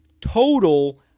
total